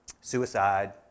suicide